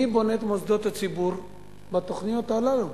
מי בונה את מוסדות הציבור בתוכניות הללו,